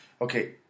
okay